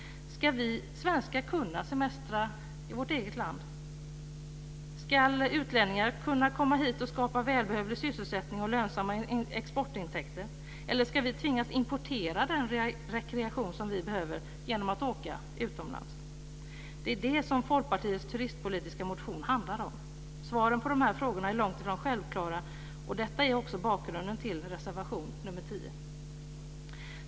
Ska vi svenskar kunna semestra i vårt eget land? Ska utlänningar kunna komma hit och skapa välbehövlig sysselsättning och lönsamma exportintäkter, eller ska vi tvingas importera den rekreation som vi behöver genom att åka utomlands? Det är detta som Folkpartiets turistpolitiska motion handlar om. Svaren på de frågorna är långt ifrån självklara. Detta är också bakgrunden till reservation nr 10.